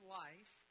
life